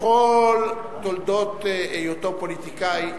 בכל תולדות היותו פוליטיקאי,